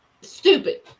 stupid